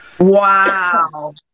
wow